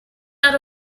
out